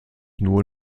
nur